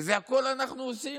את הכול אנחנו עושים?